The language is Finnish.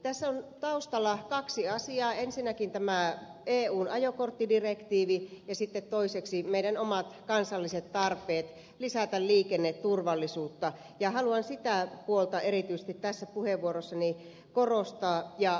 tässä on taustalla kaksi asiaa ensinnäkin tämä eun ajokorttidirektiivi ja sitten toiseksi meidän omat kansalliset tarpeemme lisätä liikenneturvallisuutta ja haluan sitä puolta erityisesti tässä puheenvuorossani korostaa